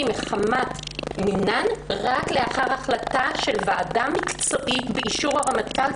מחמת מינן רק לאחר החלטה של ועדה מקצועית באישור הרמטכ"ל,